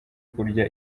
kurya